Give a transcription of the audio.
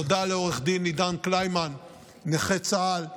תודה לעו"ד עידן קלימן, נכה צה"ל משותק,